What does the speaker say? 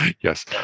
yes